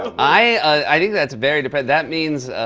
i think that's very depressing. that means